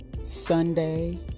Sunday